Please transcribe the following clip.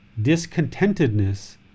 discontentedness